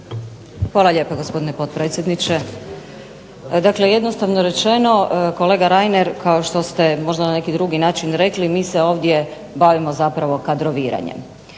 Hvala lijepa gospodine potpredsjedniče, dakle jednostavno rečeno kolega Reiner kao što ste na drugi način rekli mi se ovdje bavimo kadroviranjem.